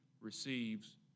receives